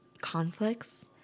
conflicts